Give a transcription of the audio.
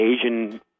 Asian